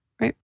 right